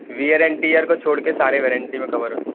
ware and tear کو چھوڑ کے سارے وارنٹی میں کور ہوتے ہیں